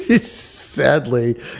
Sadly